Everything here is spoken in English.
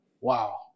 wow